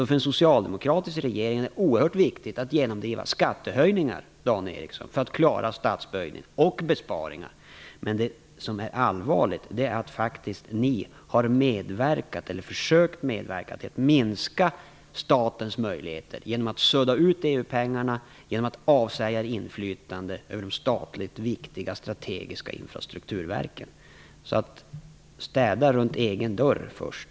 För en socialdemokratisk regering är det oerhört viktigt att genomdriva skattehöjningar, Dan Ericsson, för att klara statsbudgeten och besparingar. Det allvarliga är att ni faktiskt har medverkat eller försökt medverka till att minska statens möjligheter genom att "sudda ut" EU-pengarna och genom att avsäga er inflytande över de statligt viktiga, strategiska infrastrukturverken. Sopa rent framför egen dörr först,